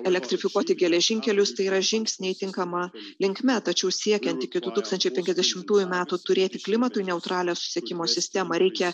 elektrifikuoti geležinkelius tai yra žingsniai tinkama linkme tačiau siekiant iki du tūkstančiai penkiasdešimtųjų metų turėti klimatui neutralią susisiekimo sistemą reikia